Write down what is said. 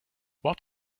what